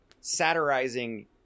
satirizing